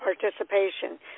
participation